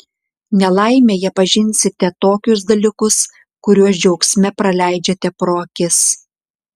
nelaimėje pažinsite tokius dalykus kuriuos džiaugsme praleidžiate pro akis